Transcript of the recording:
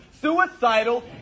suicidal